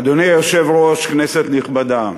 אדוני היושב-ראש, כנסת נכבדה,